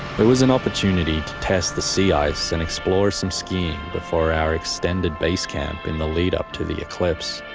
it was an opportunity to test the sea ice and explore some skiing before our extended base camp in the lead up to the eclipse.